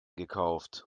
gekauft